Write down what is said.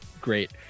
great